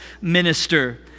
minister